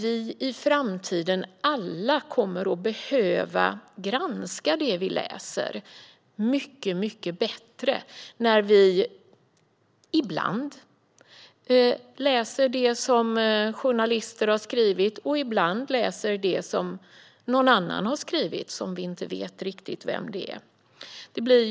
I framtiden kommer vi alla att behöva granska det vi läser på ett mycket bättre sätt, både när vi ibland läser det som journalister har skrivit och ibland det som någon annan, som vi inte riktigt vet vem det är, har skrivit.